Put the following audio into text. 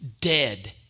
dead